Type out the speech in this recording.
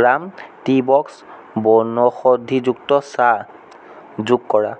গ্ৰাম tea box বনৌষধিযুক্ত চাহ যোগ কৰা